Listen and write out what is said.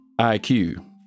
IQ